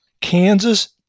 Kansas